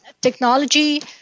technology